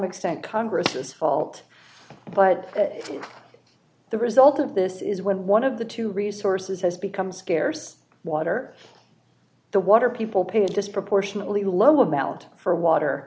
extent congress's fault but the result of this is when one of the two resources has become scarce water the water people pay a disproportionately love a ballot for water